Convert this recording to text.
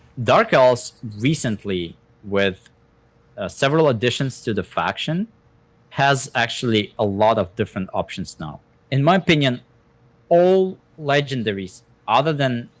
dark elves recently with several additions to the faction has actually a lot of different options now in my opinion all legendaries other than